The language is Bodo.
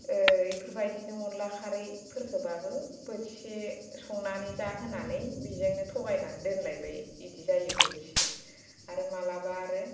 इफोरबायदिनो खारैफोरखोब्लाबो बोथिसे संनानै जाहोनानै बिजोंनो थगायनानै दोनलायबाय इदि जायो बोथिसे आरो माब्लाबा आरो